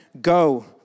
go